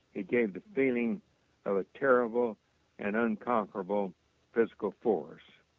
he gave the feeling of a terrible and uncomfortable physical force.